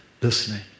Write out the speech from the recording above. Listening